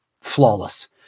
flawless